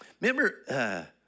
Remember